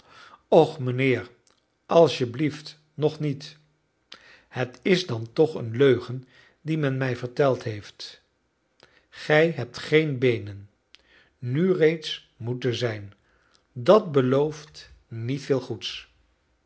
mijnheer als je blieft nog niet het is dan toch een leugen die men mij vertelt heeft gij hebt geen beenen nu reeds moe te zijn dat belooft niet veel goeds